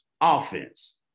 offense